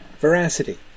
Veracity